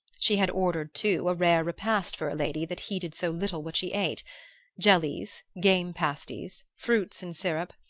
she had ordered, too, a rare repast for a lady that heeded so little what she ate jellies, game-pasties, fruits in syrup,